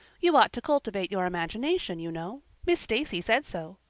you ought to cultivate your imagination, you know. miss stacy says so.